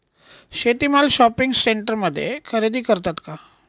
शेती माल शॉपिंग सेंटरमध्ये खरेदी करतात का?